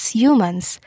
humans